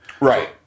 Right